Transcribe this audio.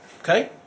Okay